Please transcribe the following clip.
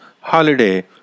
holiday